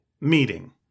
meeting